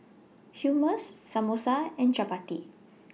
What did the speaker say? Hummus Samosa and Chapati